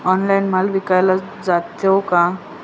Online माल विकला जातो का?